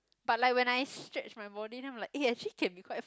but like when I stretch my body then I'm like ya actually can be quite